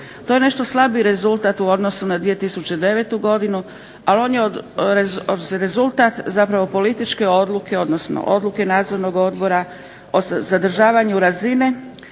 To je nešto slabiji rezultat u odnosu na 2009. godinu ali on je rezultat zapravo političke odluke, odnosno odluke Nadzornog odbora o zadržavanju razine